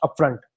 upfront